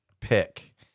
pick